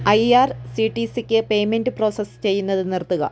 I ആർ സി ടി സിയ്ക്ക് പേയ്മെൻ്റ് പ്രോസസ്സ് ചെയ്യുന്നത് നിർത്തുക